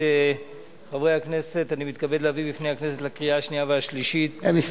החוק עבר בקריאה שלישית וייכנס